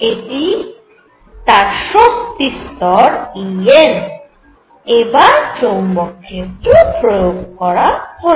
এটি তার শক্তি স্তর En এবার চৌম্বক ক্ষেত্র প্রয়োগ করা হল